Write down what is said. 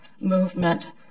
movement